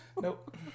Nope